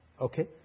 okay